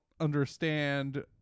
Understand